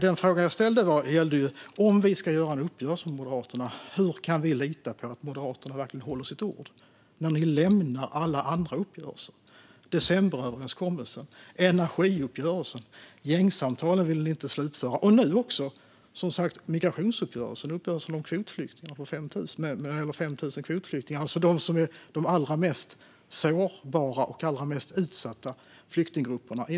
Den fråga jag ställde gällde hur vi kan lita på att Moderaterna verkligen håller sitt ord om vi ska göra en uppgörelse med Moderaterna. De lämnar nämligen alla andra uppgörelser. De lämnade decemberöverenskommelsen och energiuppgörelsen. Gängsamtalen vill de inte slutföra. Nu lämnar de också som sagt migrationsuppgörelsen och uppgörelsen om 5 000 kvotflyktingar. Kvotflyktingar hör till de allra mest sårbara och utsatta flyktinggrupperna.